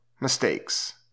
mistakes